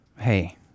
hey